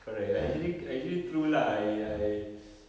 correct lah actually actually true lah I I